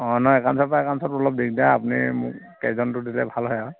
অঁ নহয় একাউটন্সৰ পৰা একাউটন্সত অলপ দিগদাৰ আপুনি দিলে ভাল হয় আৰু